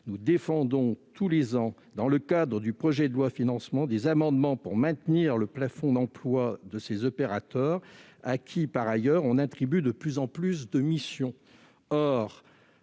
Nous défendons tous les ans, dans le cadre du projet de loi de finances, des amendements pour maintenir le plafond d'emploi de ces opérateurs à qui, par ailleurs, on attribue de plus en plus de missions.